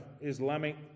Islamic